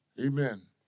Amen